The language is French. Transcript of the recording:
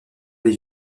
des